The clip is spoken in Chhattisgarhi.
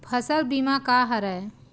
फसल बीमा का हरय?